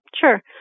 Sure